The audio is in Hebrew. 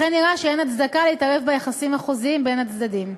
לכן נראה שאין הצדקה להתערב ביחסים החוזיים בין הצדדים.